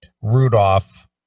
Rudolph